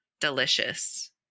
delicious